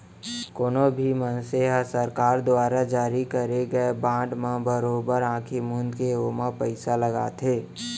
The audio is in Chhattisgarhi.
कोनो भी मनसे ह सरकार दुवारा जारी करे गए बांड म बरोबर आंखी मूंद के ओमा पइसा लगाथे